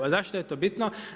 A zašto je to bitno?